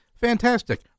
fantastic